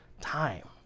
time